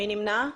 מי נמנע?